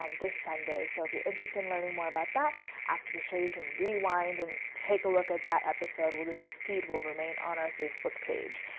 this sunday. so if you're interested in learning more about that after the show you can rewind and take a look at that episode. well, this feed will remain on our facebook page.